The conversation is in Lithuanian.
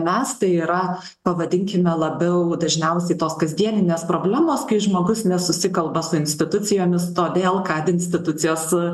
mes tai yra pavadinkime labiau dažniausiai tos kasdieninės problemos kai žmogus nesusikalba su institucijomis todėl kad institucijos